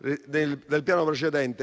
pandemica,